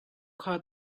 kha